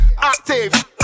Active